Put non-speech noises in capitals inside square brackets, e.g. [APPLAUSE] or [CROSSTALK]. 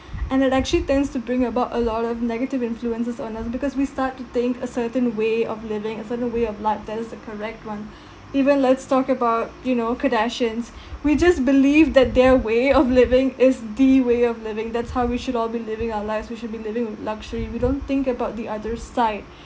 and it actually turns to bring about a lot of negative influences on us because we start to think a certain way of living a certain way of like those are correct one [BREATH] even let's talk about you know kardashians [BREATH] we just believe that their way of living is the way of living that's how we should all be living our lives we should be living [NOISE] luxury we don't think about the other side [BREATH]